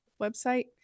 website